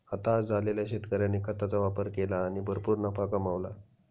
हताश झालेल्या शेतकऱ्याने खताचा वापर केला आणि भरपूर नफा कमावला